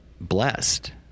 blessed